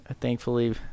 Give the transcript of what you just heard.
Thankfully